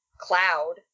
cloud